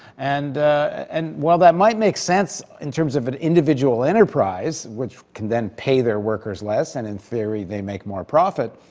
and and while that might make sense in terms of an individual enterprise, which can then pay their workers less and in theory they make more profit,